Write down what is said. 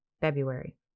February